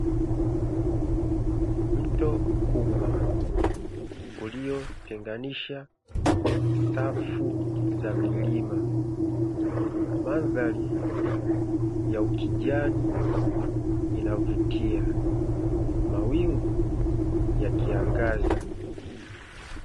Mto mkubwa uliotenganisha safu za milima mandhari ya ukijani inavutia, mawingu yakiangaza.